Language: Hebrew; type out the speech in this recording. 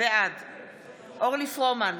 בעד אורלי פרומן,